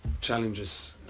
challenges